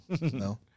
No